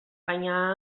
baina